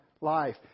life